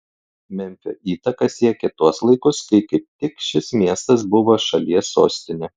memfio įtaka siekė tuos laikus kai kaip tik šis miestas buvo šalies sostinė